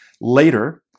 later